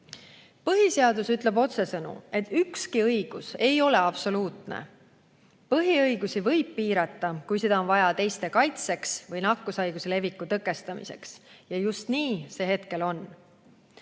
Põhiseadus ütleb otsesõnu, et ükski õigus ei ole absoluutne. Põhiõigusi võib piirata, kui seda on vaja teiste kaitseks või nakkushaiguse leviku tõkestamiseks. Ja just nii see hetkel on.